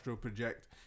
project